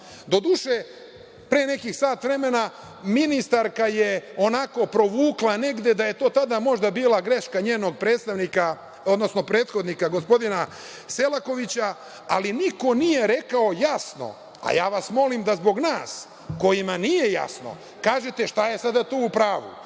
Do duše, pre nekih sat vremena, ministarka je onako provukla negde da je to tada možda bila greška njenog prethodnika, gospodina Selakovića, ali niko nije rekao jasno, a ja vas molim da zbog nas kojima nije jasno, kažete šta je sada to u pravu. Ovako,